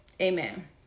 Amen